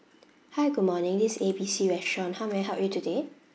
hi good morning this is A B C restaurant how may I help you today